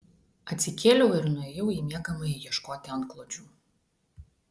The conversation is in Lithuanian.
atsikėliau ir nuėjau į miegamąjį ieškoti antklodžių